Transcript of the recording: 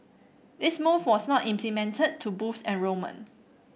this move was not implemented to boost enrolment